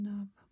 up